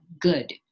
good